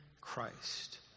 Christ